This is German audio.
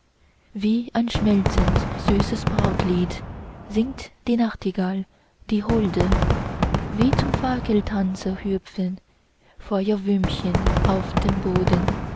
wie ein schmelzend süßes brautlied singt die nachtigall die holde wie zum fackeltanze hüpfen feuerwürmchen auf dem boden